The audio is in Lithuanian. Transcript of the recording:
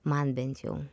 man bent jau